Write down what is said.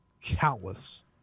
countless